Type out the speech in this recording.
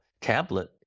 tablet